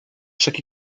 chaque